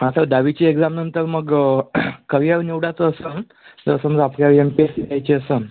हा सर दहावीची एक्झाम नंतर मग करिअर निवडायचं असन तर समजा आपल्याला एम पी स सी द्यायची असन